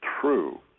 true